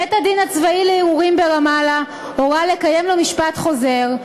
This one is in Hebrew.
בית-הדין הצבאי לערעורים ברמאללה הורה לקיים לו משפט חוזר,